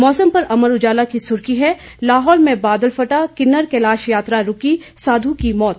मौसम पर अमर उजाला की सुर्खी है लाहौल में बादल फटा किन्नर कैलाश यात्रा रूकी साधु की मौत